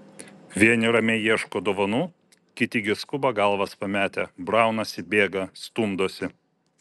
vieni ramiai ieško dovanų kiti gi skuba galvas pametę braunasi bėga stumdosi